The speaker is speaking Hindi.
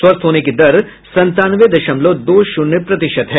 स्वस्थ होने की दर संतानवे दशमलव दो शून्य प्रतिशत है